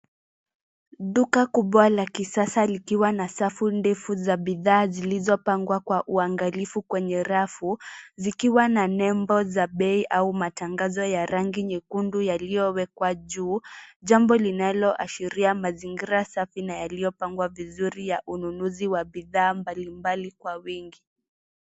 Duka kubwa la kisasa likiwa na safu ndefu za bidhaa zilizopangwa kwa uangalifu kwenye rafu, zikiwa na nembo za bei au matangazo ya rangi nyekundu yaliyowekwa juu. Jambo linaloashiria mazingira safi na yaliyopangwa vizuri ya ununuzi wa bidhaa mbali mbali kwa wingi.